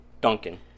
Duncan